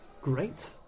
Great